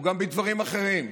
הוא גם בדברים אחרים,